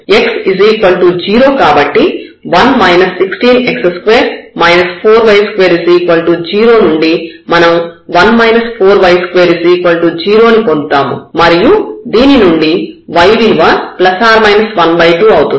x 0 కాబట్టి 1 16x2 4y2 0 నుండి మనం 1 4y2 0 ని పొందుతాము మరియు దీని నుండి y విలువ ±12 అవుతుంది